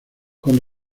con